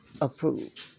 approved